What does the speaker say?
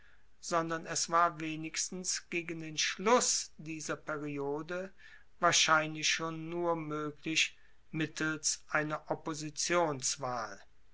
sondern es war wenigstens gegen den schluss dieser periode wahrscheinlich schon nur moeglich mittels einer